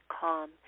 calm